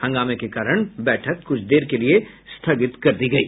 हंगामे के कारण बैठक कुछ देर के लिए स्थगित कर दी गयी